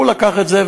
הוא לקח את זה,